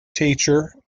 teacher